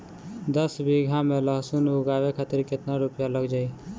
दस बीघा में लहसुन उगावे खातिर केतना रुपया लग जाले?